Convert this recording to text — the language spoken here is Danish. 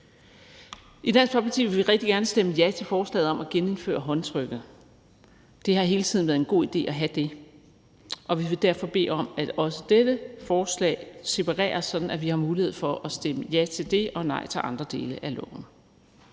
I Dansk Folkeparti vil vi rigtig gerne stemme ja til forslaget om at genindføre håndtrykket. Det har hele tiden været en god idé at have det, og vi vil derfor bede om, at også dette forslag separeres, sådan at vi har mulighed for at stemme ja til dét og nej til andre dele af loven.